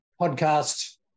podcast